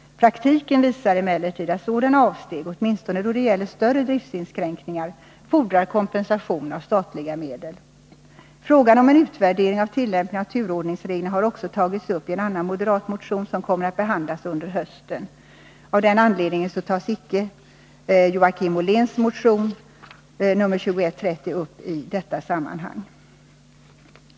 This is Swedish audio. Praktiken visar emellertid att sådana avsteg, åtminstone då det gäller större driftsinskränkningar, fordrar kompensation av statliga medel. Frågan om en utvärdering av tillämpningen av turordningsreglerna har också tagits upp i en annan moderat motion som kommer att behandlas under hösten. Av den anledningen tas icke Joakim Olléns motion nr 2130 upp i detta sammanhang.